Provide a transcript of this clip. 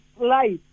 life